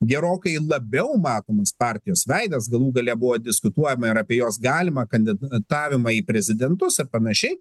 gerokai labiau matomas partijos veidas galų gale buvo diskutuojama ir apie jos galimą kandidatavimą į prezidentus ar panašiai